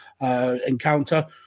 encounter